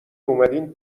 اومدین